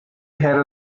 head